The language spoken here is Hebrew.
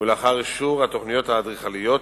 ולאחר אישור התוכניות האדריכליות